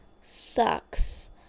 sucks